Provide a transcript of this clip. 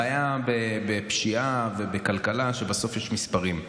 הבעיה בפשיעה ובכלכלה שבסוף יש מספרים,